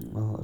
ही मनाओ।